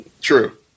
True